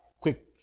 Quick